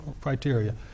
criteria